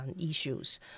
issues